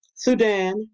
Sudan